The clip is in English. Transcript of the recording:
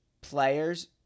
players